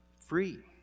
free